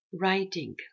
writing